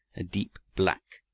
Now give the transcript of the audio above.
a deep black,